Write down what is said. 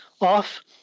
off